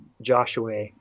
Joshua